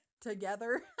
together